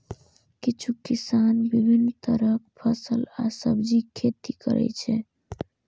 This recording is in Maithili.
किछु किसान विभिन्न तरहक फल आ सब्जीक खेती करै छै